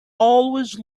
always